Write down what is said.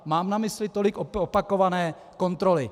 Mám na mysli tolik opakované kontroly.